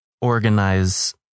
organize